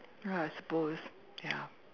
ya I suppose ya